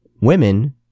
women